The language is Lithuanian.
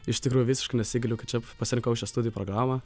iš tikrųjų visiškai nesigailiu kad čia pasilikau šią studijų programą